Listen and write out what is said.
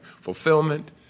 fulfillment